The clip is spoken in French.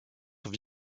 sont